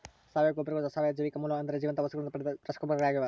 ಸಾವಯವ ಗೊಬ್ಬರಗಳು ಸಾವಯವ ಜೈವಿಕ ಮೂಲ ಅಂದರೆ ಜೀವಂತ ವಸ್ತುಗಳಿಂದ ಪಡೆದ ರಸಗೊಬ್ಬರಗಳಾಗ್ಯವ